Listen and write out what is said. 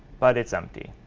but it's empty.